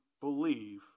believe